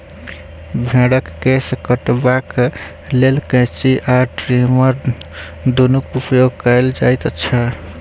भेंड़क केश कटबाक लेल कैंची आ ट्रीमर दुनूक उपयोग कयल जाइत छै